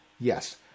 Yes